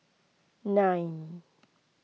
nine